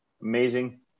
Amazing